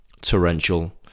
torrential